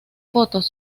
fotos